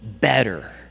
better